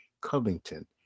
Covington